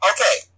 Okay